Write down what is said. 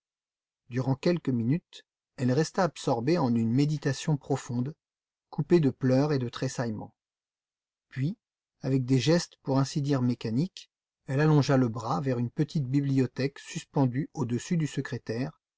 durant quelques minutes elle resta absorbée en une méditation profonde coupée de pleurs et de tressaillements puis avec des gestes pour ainsi dire mécaniques elle allongea le bras vers une petite bibliothèque suspendue au-dessus du secrétaire